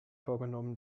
vorgenommen